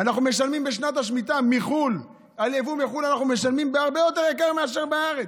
אנחנו משלמים על יבוא מחו"ל בשנת השמיטה הרבה יותר מאשר בארץ.